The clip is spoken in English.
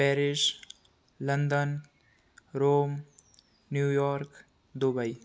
Paris London Rome New York Dubai